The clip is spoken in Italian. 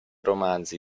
romanzi